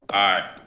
aye.